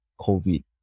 COVID